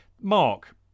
Mark